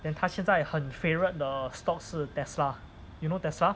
then 他现在很 favourite 的 stock 是 tesla you know tesla